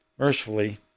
Mercifully